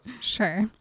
Sure